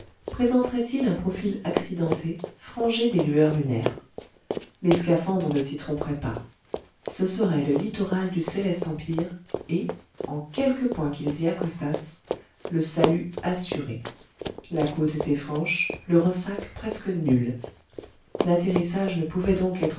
présenterait il un profil accidenté frangé des lueurs lunaires les scaphandres ne s'y tromperaient pas ce serait le littoral du céleste empire et en quelque point qu'ils y accostassent le salut assuré la côte était franche le ressac presque nul l'atterrissage ne pouvait donc être